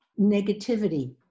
negativity